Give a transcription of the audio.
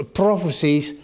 prophecies